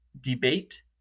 debate